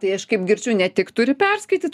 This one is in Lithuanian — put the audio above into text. tai aš kaip girdžiu ne tik turi perskaityt ar